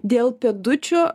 dėl pėdučių